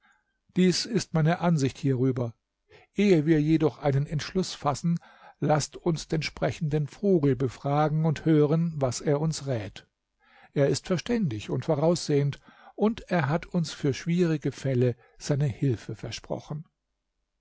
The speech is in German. dies ist meine ansicht hierüber ehe wir jedoch einen entschluß fassen laßt uns den sprechenden vogel befragen und hören was er uns rät er ist verständig und voraussehend und er hat uns für schwierige fälle seine hilfe versprochen